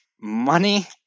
money